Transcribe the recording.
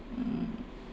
mm